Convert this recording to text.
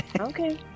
Okay